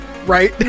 Right